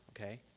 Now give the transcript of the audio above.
okay